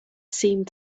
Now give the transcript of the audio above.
seemed